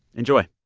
enjoy